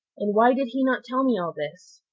and why did he not tell me all this?